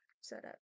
setup